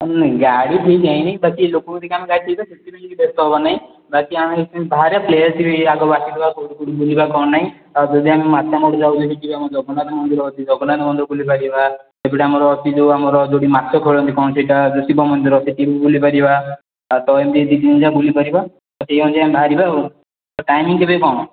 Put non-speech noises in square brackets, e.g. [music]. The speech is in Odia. ଗାଡ଼ି ଠିକ୍ ହେଇନି ବାକି ଲୋକମାନେ [unintelligible] ସେଥିପାଇଁ କିଛି ବ୍ୟସ୍ତ ହବାର ନାହିଁ ବାକି ଆମେ ବାହାରିବା ପ୍ଲେସ୍ ବି ଆଗେ ବୁଝିଦେବା କେଉଁଠି କେଉଁଠି ବୁଲିବା କ'ଣ ନାଇଁ ଆଉ ଯଦି ଆମେ ମାତାମଠ ଯାଉଛନ୍ତି ସେଠି ଆମ ଜଗନ୍ନାଥ ମନ୍ଦିର ଅଛି ଜଗନ୍ନାଥ ମନ୍ଦିର ବୁଲିପାରିବା ସେପଟେ ଆମର ଅଛି ସେ ଯେଉଁ ଆମର ଯେଉଁଠି ମାଛ ଖେଳନ୍ତି କ'ଣ ସେଇଟା ଯେଉଁ ଶିବ ମନ୍ଦିର ସେଠି ବି ବୁଲିପାରିବା ତାପରେ ଏମିତି ଦୁଇ ତିନ ଜାଗା ବୁଲିପାରିବା ତ ସେଇ ଅନୁଯାୟୀ ଆମେ ବାହାରିବା ଆଉ ତ ଟାଇମିଂ କେବେ କ'ଣ